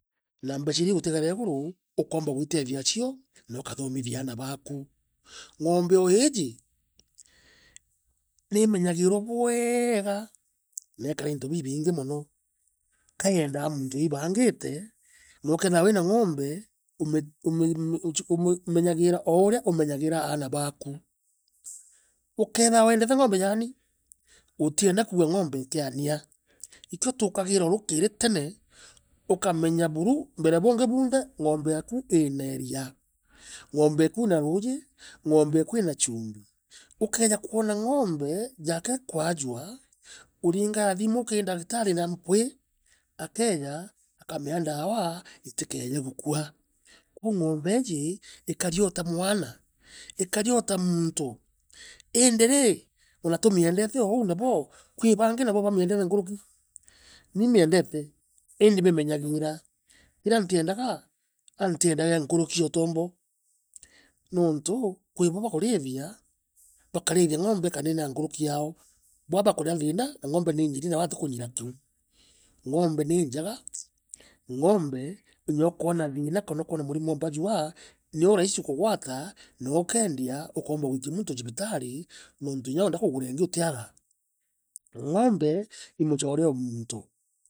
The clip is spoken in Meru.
Na mbecha iria igutigara iguru, ukomba witethia, achio, nokathomithia aana baaku. Ngombe o iiji, nimenyagiirwa bweega, nekarea into bibingi mono. Kayondaa muntu wibangiite, no okethira wina ngombe, um ume umenyagiira ouria umenyagiira aana baku. Ukeethira wendete ngombe ja nii utienda gwikua ngombe ikiania. Ikio tukagira ruukiri o tene, ukamenya buru mbere e bungi bunthe, ngombe eku iina iria ngombe eku na ruuji, ngombe eku ina chumbi. Ukeeja kwena ngombe, jaaka ikwajua, uringaa thimu ki ndagitari na mpwii akeje, akamea ndaawa itikeeje gukua. Kwou ngombe iiji, ikari o ta mwana, ikari o ta muuntu, iindi rii, ona tumiendete o oou nabo, kwi baangi bamiendete nkuruki. Ni imiendete, imemenyagiira, kira nitendaga aah, antiendaa inkurukia utombo, nuuntu, kwibo bakuruthia bakarithia ngombe ikanenea nkuruki yaao. Baao abakuria thiina, na ngombe ninyiri nawe atikunyira kiu. Ngombe kinya akoona thiina kana ukona murimo jwa mbajua ah, nio raisi kugwata, nakeendia, ukoomba gwikia muntu cibitari, nountu kinya wenda kugura ingi itiaga ngombe i muchoore o muntu.